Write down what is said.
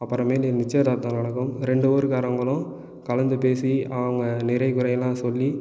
அப்புறமேலு நிச்சயதார்த்தம் நடக்கும் ரெண்டு ஊருக்காரங்களும் கலந்து பேசி அவங்க நிறை குறையெல்லாம் சொல்லி